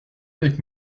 avec